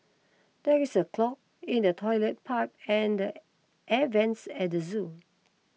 there is a clog in the Toilet Pipe and Air Vents at the zoo